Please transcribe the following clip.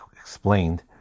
explained